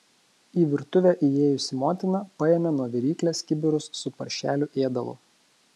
į virtuvę įėjusi motina paėmė nuo viryklės kibirus su paršelių ėdalu